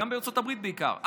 גם בארצות הברית בעיקר,